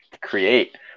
create